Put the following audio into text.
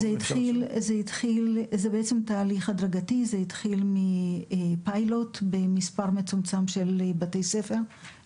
זה תהליך הדרגתי שהתחיל מפיילוט במספר מצומצם של בתי ספר,